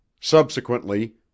Subsequently